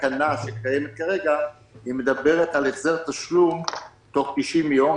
תקנה שקיימת כרגע מדברת על החזר תשלום תוך 90 ימים,